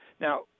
Now